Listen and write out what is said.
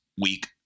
week